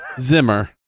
zimmer